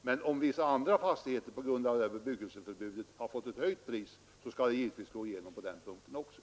Men om vissa andra fastigheter på grund av detta bebyggelseförbud har fått ett höjt pris, skall också detta givetvis slå igenom vid fastighetstaxeringen.